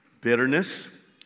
Bitterness